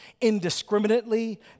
indiscriminately